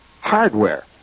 hardware